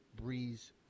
Breeze